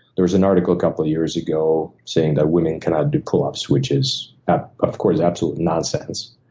there was an article a couple years ago saying that women cannot do pull ups, which is of course absolute nonsense.